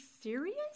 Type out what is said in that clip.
serious